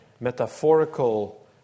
metaphorical